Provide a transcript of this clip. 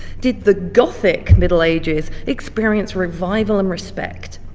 did the gothic middle ages experience revival and respect.